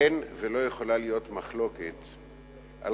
אין ולא יכולה להיות מחלוקת על